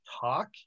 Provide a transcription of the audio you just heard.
talk